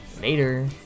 Later